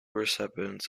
recipients